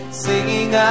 singing